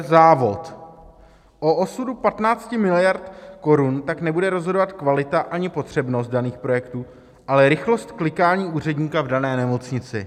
O osudu 15 miliard korun tak nebude rozhodovat kvalita ani potřebnost daných projektů, ale rychlost klikání úředníka v dané nemocnici.